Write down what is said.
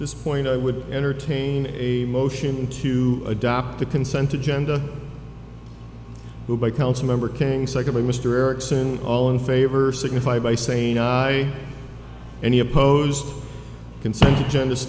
this point i would entertain a motion to adopt the consent agenda who by council member king secondly mr erickson all in favor signify by saying i any oppose